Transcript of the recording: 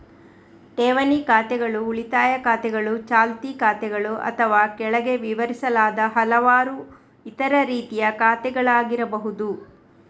ಠೇವಣಿ ಖಾತೆಗಳು ಉಳಿತಾಯ ಖಾತೆಗಳು, ಚಾಲ್ತಿ ಖಾತೆಗಳು ಅಥವಾ ಕೆಳಗೆ ವಿವರಿಸಲಾದ ಹಲವಾರು ಇತರ ರೀತಿಯ ಖಾತೆಗಳಾಗಿರಬಹುದು